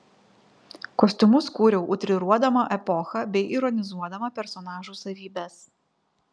kostiumus kūriau utriruodama epochą bei ironizuodama personažų savybes